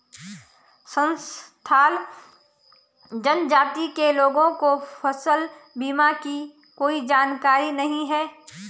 संथाल जनजाति के लोगों को फसल बीमा की कोई जानकारी नहीं है